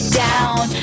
down